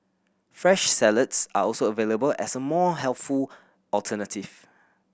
fresh salads are also available as a more healthful alternative